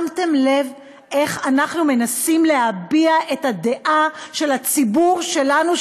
שמתם לב איך אנחנו מנסים להביע את הדעה של הציבור שלנו,